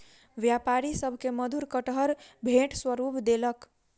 व्यापारी सभ के मधुर कटहर भेंट स्वरूप देलक